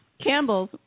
Campbell's